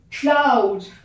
cloud